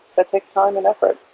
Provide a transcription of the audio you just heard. but takes time and effort,